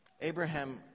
Abraham